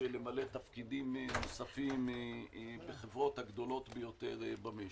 למלא תפקידים נוספים בחברות הגדולות ביותר במשק.